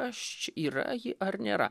kaš yra ji ar nėra